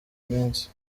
minsi